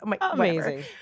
Amazing